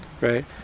right